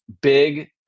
big